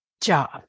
job